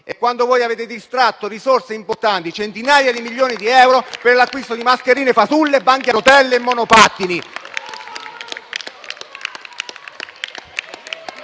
e quando voi avete distratto risorse importanti (centinaia di milioni di euro) per l'acquisto di mascherine fasulle, banchi a rotelle e monopattini.